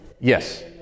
Yes